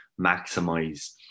maximize